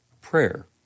prayer